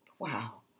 Wow